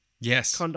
Yes